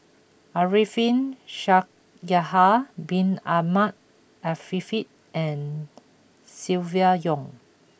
Arifin Shaikh Yahya Bin Ahmed Afifi and Silvia Yong